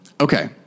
Okay